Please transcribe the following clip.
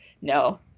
no